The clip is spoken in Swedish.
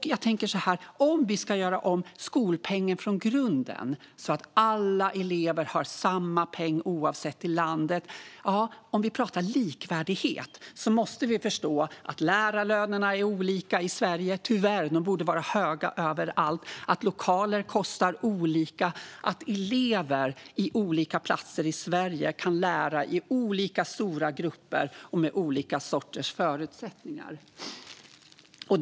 Ska vi göra om skolpengen från grunden så att alla elever har samma peng oavsett var i landet de bor måste vi förstå, om vi pratar likvärdighet, att lärarlönerna är olika i Sverige - tyvärr, för de borde vara höga överallt - att lokaler kostar olika mycket och att elever på olika platser i Sverige kan lära i olika stora grupper och med olika sorters förutsättningar.